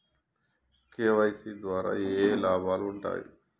KYC ద్వారా ఏఏ లాభాలు ఉంటాయి?